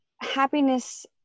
happiness